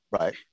Right